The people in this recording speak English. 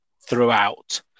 throughout